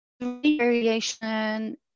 Variation